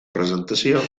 presentació